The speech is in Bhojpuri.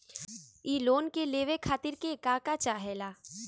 इ लोन के लेवे खातीर के का का चाहा ला?